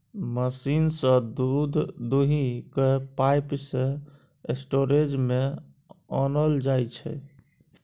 machine सँ दुध दुहि कए पाइप सँ स्टोरेज मे आनल जाइ छै